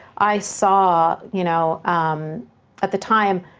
i saw, you know um at the time,